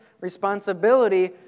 responsibility